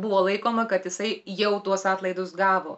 buvo laikoma kad jisai jau tuos atlaidus gavo